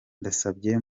nasabye